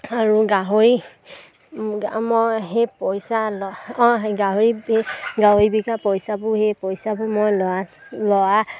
আৰু গাহৰি মই সেই পইচা অঁ গাহৰি গাহৰি বিকা পইচাবোৰ সেই পইচাবোৰ মই